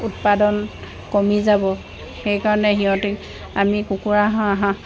উৎপাদন কমি যাব সেইকাৰণে সিহঁতে আমি কুকুৰা হাঁহ